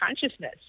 consciousness